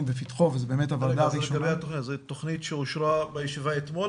בפתחו --- זו תכנית שאושרה בישיבה אתמול?